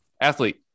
Athlete